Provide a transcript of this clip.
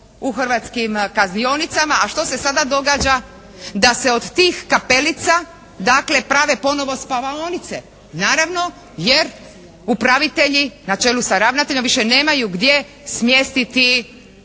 u hrvatskim kaznionicama, a što se sada događa da se od tih kapelica dakle prave ponovo spavaonice naravno jer upravitelji na čelu sa ravnateljem više nemaju gdje smjestiti